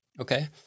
Okay